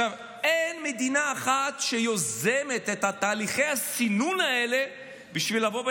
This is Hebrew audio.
אין מדינה אחת שיוזמת את תהליכי הסינון האלה בשביל לבוא ולהגיד: